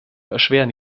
erschweren